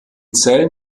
zellen